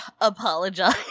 apologize